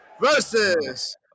versus